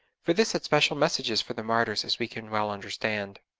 for this had special messages for the martyrs as we can well understand.